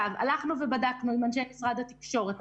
הלכנו ובדקנו עם אנשי משרד התקשורת,